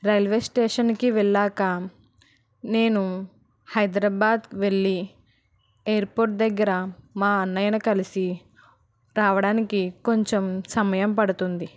railway స్టేషన్కి వెళ్ళాక నేను హైదరాబాద్ వెళ్ళి ఎయిర్పోర్ట్ దగ్గర మా అన్నయను కలిసి రావడానికి కొంచెం సమయం పడుతుంది